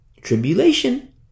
Tribulation